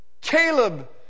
Caleb